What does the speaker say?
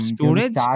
Storage